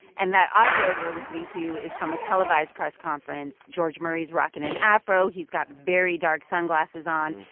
and that audio we're listening to is from a televised press conference. george murray's rocking an afro. he's got very dark sunglasses on.